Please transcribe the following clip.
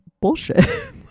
bullshit